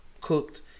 cooked